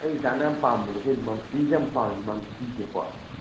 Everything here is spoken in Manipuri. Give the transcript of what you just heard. ꯑꯩ ꯏꯆꯥꯅ ꯌꯥꯝ ꯄꯥꯝꯕꯁꯦ ꯑꯩꯈꯣꯏ ꯃꯪꯀꯤꯁꯦ ꯌꯥꯝ ꯄꯥꯝꯃꯦ ꯃꯪꯀꯤꯁꯦꯀꯣ